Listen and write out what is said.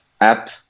app